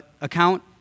account